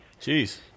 Jeez